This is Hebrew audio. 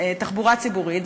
תחבורה ציבורית,